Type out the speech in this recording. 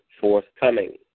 forthcoming